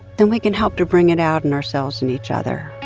then we can help to bring it out in ourselves and each other